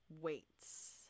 Weights